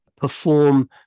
perform